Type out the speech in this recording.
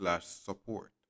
Support